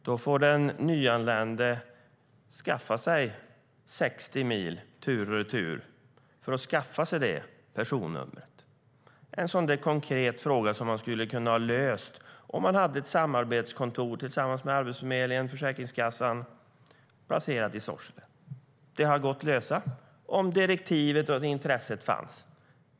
Då får den nyanlända åka 60 mil tur och retur för att skaffa sig personnumret. Det är en sådan där konkret fråga som man hade kunnat lösa genom att ha ett samarbetskontor tillsammans med Arbetsförmedlingen och Försäkringskassan, placerat i Sorsele. Det hade gått att lösa om direktivet och intresset fanns.